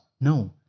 No